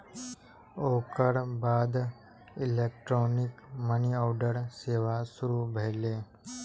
ओकर बाद electronic money order सेवा शुरू भेलै